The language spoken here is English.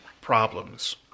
problems